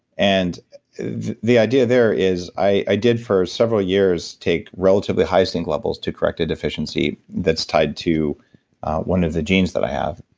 and the idea there is, i did for several years take relatively high zinc levels to correct a deficiency that's tied to one of the genes that i have.